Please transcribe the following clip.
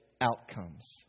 outcomes